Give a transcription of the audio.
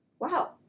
Wow